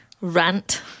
Rant